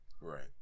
Right